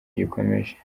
gikomeje